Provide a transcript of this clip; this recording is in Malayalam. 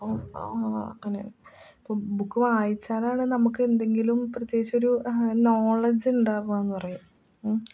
അപ്പോൾ അങ്ങനെ ഇപ്പം ബുക്ക് വായിച്ചാലാണ് നമുക്കെന്തെങ്കിലും പ്രത്യേകിച്ചൊരു നോളജുണ്ടാകുകയെന്നു പറയുക